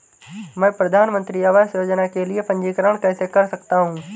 मैं प्रधानमंत्री आवास योजना के लिए पंजीकरण कैसे कर सकता हूं?